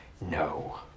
No